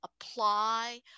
apply